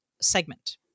segment